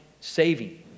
Saving